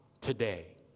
today